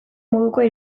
modukoa